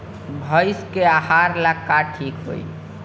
भइस के आहार ला का ठिक होई?